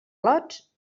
lots